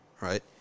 right